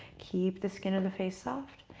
keep the skin of the face soft.